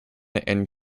and